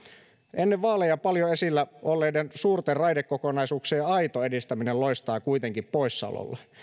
ennen vaaleja paljon esillä olleiden suurten raidekokonaisuuksien aito edistäminen loistaa kuitenkin poissaolollaan